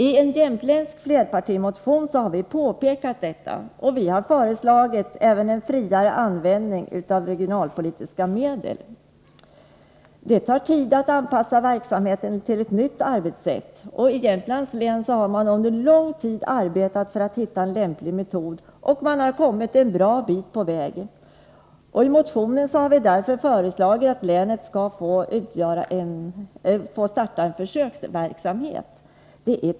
I en jämtländsk flerpartimotion har vi påpekat detta och föreslagit en friare användning av regionalpolitiska medel. Det tar tid att anpassa verksamheten till ett nytt arbetssätt. I Jämtlands län har man under lång tid arbetat för att finna en lämplig metod. Man har också kommit en bra bit på väg. I motionen har vi föreslagit att länet skall få starta försöksverksamhet.